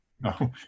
No